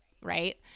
right